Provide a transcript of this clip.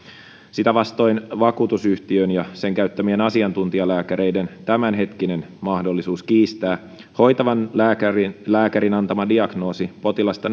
sitä vastoin vakuutusyhtiön ja sen käyttämien asiantuntijalääkäreiden tämänhetkinen mahdollisuus kiistää hoitavan lääkärin lääkärin antama diagnoosi potilasta